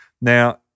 Now